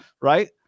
Right